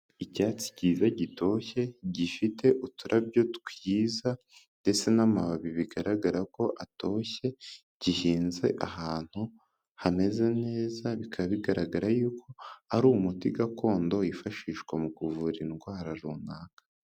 Icyatsi kiza gitoshye, gifite uturarabyo twiza ndetse n'amababi, bigaragara ko atoshye, gihinze ahantu hameze neza, bikaba bigaragara yuko ari umuti gakondo wifashishwa mu kuvura indwara runaka.